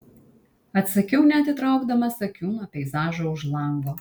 atsakiau neatitraukdamas akių nuo peizažo už lango